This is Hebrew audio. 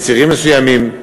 בצירים מסוימים.